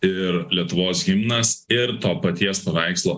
ir lietuvos himnas ir to paties paveikslo